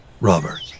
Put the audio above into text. Robert